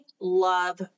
love